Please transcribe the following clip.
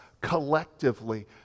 collectively